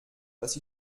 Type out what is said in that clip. was